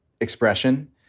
expression